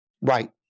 Right